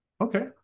Okay